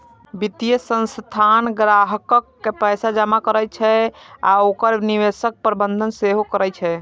वित्तीय संस्थान ग्राहकक पैसा जमा करै छै आ ओकर निवेशक प्रबंधन सेहो करै छै